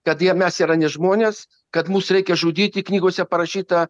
kad jie mes yra ne žmonės kad mus reikia žudyti knygose parašyta